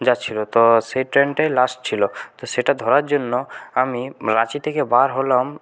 যাচ্ছিল তো সেই ট্রেনটাই লাস্ট ছিল তো সেটা ধরার জন্য আমি রাঁচি থেকে বার হলাম